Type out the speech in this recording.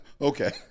Okay